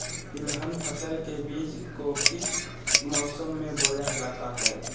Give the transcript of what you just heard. तिलहन फसल के बीज को किस मौसम में बोया जाता है?